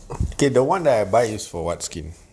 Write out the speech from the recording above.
okay the one that I buy is for what skin